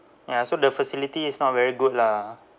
ya so the facility is not very good lah ah